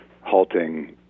halting